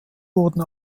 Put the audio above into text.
wurden